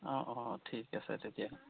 অঁ অঁ ঠিক আছে তেতিয়া